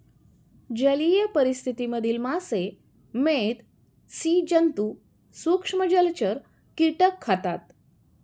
जलीय परिस्थिति मधील मासे, मेध, स्सि जन्तु, सूक्ष्म जलचर, कीटक खातात